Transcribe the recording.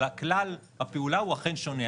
אבל כלל הפעולה הוא אכן שונה.